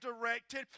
directed